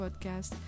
Podcast